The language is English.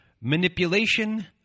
manipulation